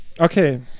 Okay